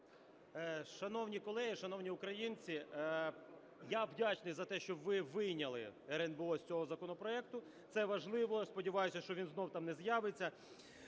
Шановні колеги, шановні українці, я вдячний за те, що ви вийняли РНБО з цього законопроекту. Це важливо, сподіваюся, що він знову там не з'явиться.